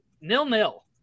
Nil-nil